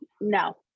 no